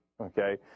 Okay